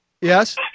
yes